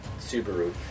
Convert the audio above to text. Subaru